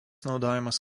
naudojamas